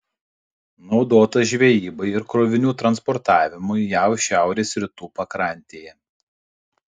naudotas žvejybai ir krovinių transportavimui jav šiaurės rytų pakrantėje